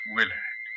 Willard